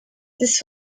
this